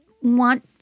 want